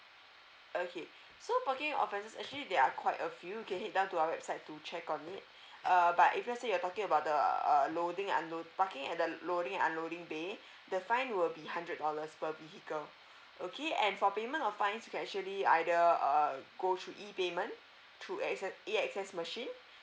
okay so parking offences actually there are quite a few you can head down to our website to check on it uh but if let's say you're talking about the uh loading and unload~ parking at the loading and unloading bay the fine will be hundred dollars per vehicle okay and for payment of fines you actually either uh go through E payment through A_X_S A_X_S machine